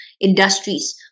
industries